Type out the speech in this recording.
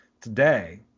today